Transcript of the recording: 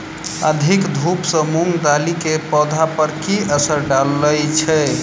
अधिक धूप सँ मूंग दालि केँ पौधा पर की असर डालय छै?